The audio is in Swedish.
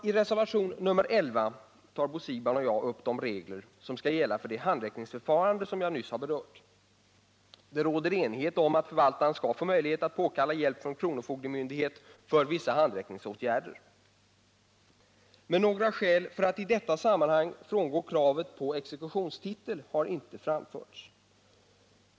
I reservationen 11 tar Bo Siegbahn och jag upp de regler som skall gälla för det handräckningsförfarande som jag nyss har berört. Det råder enighet om att förvaltaren skall få möjlighet att påkalla hjälp från kronofogdemyndighet för vissa handräckningsåtgärder. Men några skäl för att i detta sammanhang frångå kravet på exekutionstitel har inte framförts.